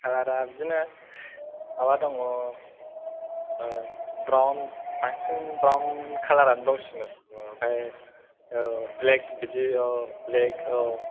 खालारा बिदिनो माबा दङ औ ब्राउन बांसिन ब्राउन खालारा दंसिनो ओमफ्राय औ ब्लेक बिदि औ ब्लेक